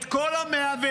את כל ה-120,